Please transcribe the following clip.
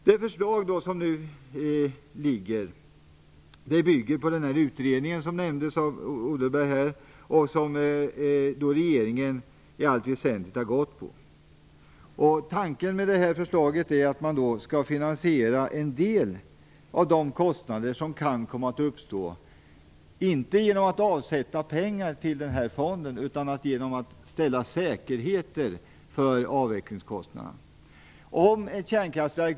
Det förslag som nu föreligger bygger på den utredning som Mikael Odenberg nämnde. Det är den regeringen i allt väsentligt har gått efter. Tanken med förslaget är att man skall finansiera en del av de kostnader som kan uppstå inte genom att avsätta pengar till fonden utan genom att ställa säkerheter för avvecklingskostnaderna.